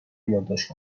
یادداشت